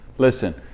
Listen